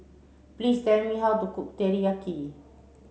please tell me how to cook Teriyaki